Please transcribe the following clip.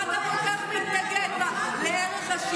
למה אתה כל כך מתנגד בה, לערך השוויון?